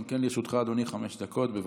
גם לרשותך, אדוני, חמש דקות, בבקשה.